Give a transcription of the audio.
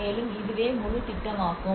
மேலும் இதுவே முழு திட்டமாகும்